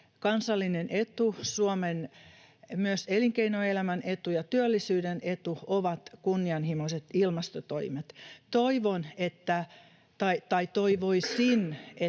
kansallinen etu, myös Suomen elinkeinoelämän etu ja työllisyyden etu, on kunnianhimoiset ilmastotoimet. Toivon tai toivoisin,